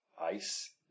ice